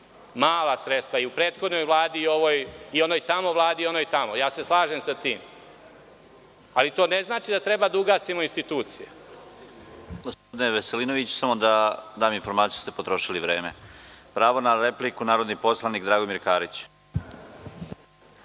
tih ljudi, i u prethodnoj vladi, i onoj tamo vladi i onoj tamo. Slažem se sa tim, ali to ne znači da treba da ugasimo institucije.